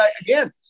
again